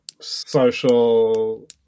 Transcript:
social